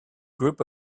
group